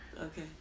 Okay